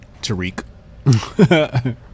Tariq